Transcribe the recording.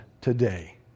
today